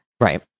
Right